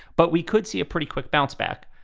but we could see a pretty quick bounce back.